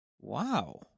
wow